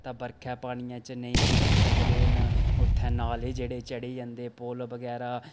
तां बरखा पानियै च नेईं पुज्जी सकदे न उत्थै नाले जेह्ड़े चढ़ी जंदे पुल बगैरा